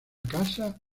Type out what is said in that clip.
casa